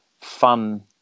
fun